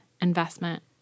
investment